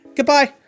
Goodbye